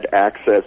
access